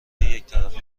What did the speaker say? یکطرفه